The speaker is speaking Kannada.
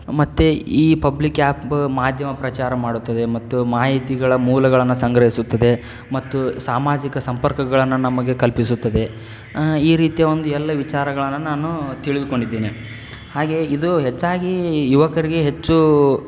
ಮತ್ತು ಈ ಪಬ್ಲಿಕ್ ಆ್ಯಪ್ ಮಾಧ್ಯಮ ಪ್ರಚಾರ ಮಾಡುತ್ತದೆ ಮತ್ತು ಮಾಹಿತಿಗಳ ಮೂಲಗಳನ್ನು ಸಂಗ್ರಹಿಸುತ್ತದೆ ಮತ್ತು ಸಾಮಾಜಿಕ ಸಂಪರ್ಕಗಳನ್ನು ನಮಗೆ ಕಲ್ಪಿಸುತ್ತದೆ ಈ ರೀತಿಯ ಒಂದು ಎಲ್ಲ ವಿಚಾರಗಳನ್ನು ನಾನು ತಿಳಿದುಕೊಂಡಿದ್ದೇನೆ ಹಾಗೇ ಇದು ಹೆಚ್ಚಾಗಿ ಯುವಕರಿಗೆ ಹೆಚ್ಚು